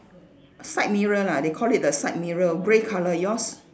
side mirror lah they call it the side mirror grey colour yours